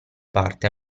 parte